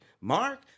mark